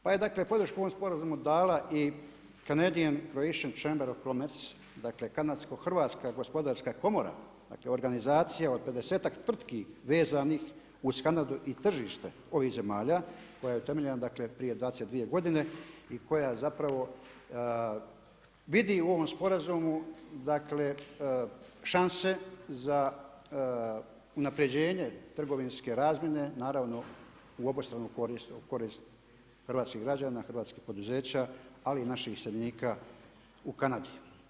Pa je dakle podršku u ovom sporazumu dala i Canadian croatian chamber of commerce, dakle kanadsko hrvatska gospodarska komora, dakle, organizacija od pedesetak tvrtki vezanih uz Kanadu, i tržište ovih zemalja koja je utemeljena dakle prije 22 godine, i koja zapravo vidi u ovom sporazumu, dakle šanse za unapređene trgovinske razmjene, naravno, u obostranu korist hrvatskih građana, hrvatskih poduzeća ali i naših iseljenika u Kanadi.